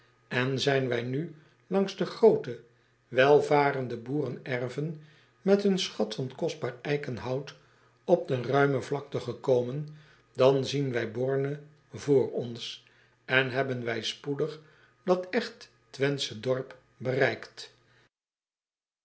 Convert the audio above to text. n zijn wij nu langs de groote welvarende boerenerven met hun schat van kostbaar eikenhout op de ruime vlakte gekomen dan zien wij o r n e voor ons en hebben wij spoedig dat echt wenthsche dorp bereikt